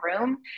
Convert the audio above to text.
room